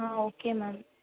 ah okay ma'am